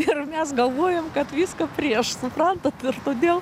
ir mes galvojom kad viską prieš suprantat kodėl